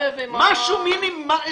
אלא